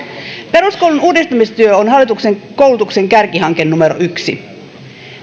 peruskoulun uudistamistyö on hallituksen koulutuksen kärkihanke numero yksi